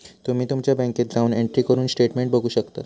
तुम्ही तुमच्या बँकेत जाऊन एंट्री करून स्टेटमेंट बघू शकतास